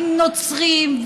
עם נוצרים,